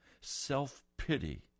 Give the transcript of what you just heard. self-pity